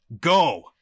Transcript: go